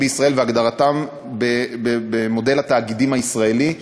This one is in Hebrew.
בישראל והגדרתם במודל התאגידים הישראלי.